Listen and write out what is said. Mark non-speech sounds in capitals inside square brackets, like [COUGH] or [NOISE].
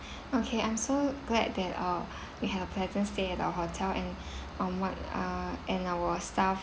[BREATH] okay I'm so glad that uh [BREATH] you had a pleasant stay at our hotel and [BREATH] um what uh and our staff